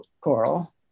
coral